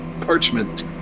parchment